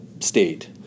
State